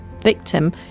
victim